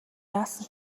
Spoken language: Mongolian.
яасан